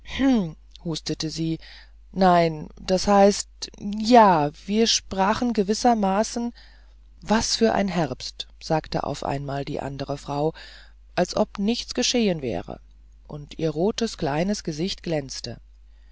hustete sie nein das heißt ja wir sprachen gerade gewissermaßen was für ein herbst sagte auf einmal die andere frau als ob nichts geschehen wäre und ihr rotes kleines gesicht glänzte